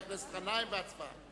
חבר הכנסת גנאים, והצבעה.